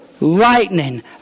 lightning